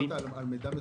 אתה מדבר על מידע מסוים?